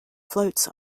floats